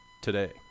today